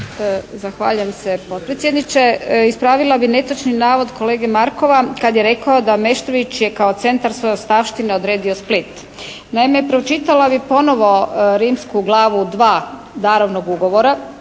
Zahvaljujem se potpredsjedniče. Ispravila bi netočni navod kolege Markova kad je rekao, da Meštrović je kao centar svoje ostavštine odredio Split. Naime, pročitala bi ponovo rimsku glavu II darovnog ugovora